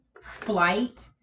flight